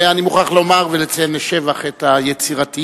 אני מוכרח לומר ולציין לשבח את היצירתיות